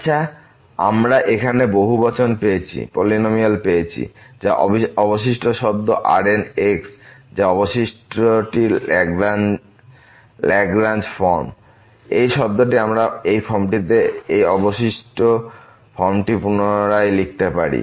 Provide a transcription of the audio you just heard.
আচ্ছা আমরা এখানে বহুবচন পেয়েছি যা অবশিষ্ট শব্দ Rn যা অবশিষ্টটির লাগরাঞ্জ ফর্ম এই শব্দটি আমরা এই ফর্মটিতে এই অবশিষ্ট ফর্মটি পুনরায় লিখতে পারি